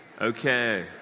Okay